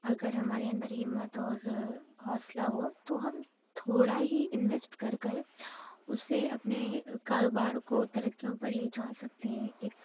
اگر ہمارے اندر ہمت اور حوصلہ ہو تو ہم تھوڑا ہی انوسٹ کر کر اسے اپنے کاروبار کو ترقیوں پر لے جا سکتے ہیں ایک